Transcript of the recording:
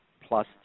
plus